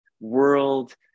world